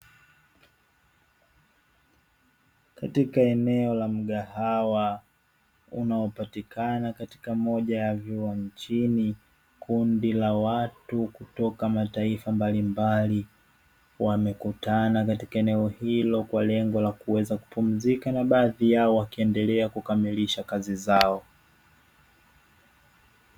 Katika eneo la mgahawa unaopatikana katika moja ya vyuo nchini, kundi la watu kutoka mataifa mbalimbali wamekutana katika eneo hilo kwa lengo la kuweza kupumzika, na baadhi yao wakiendelea kukamilisha kazi zao.